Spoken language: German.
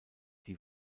die